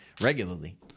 regularly